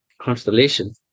constellation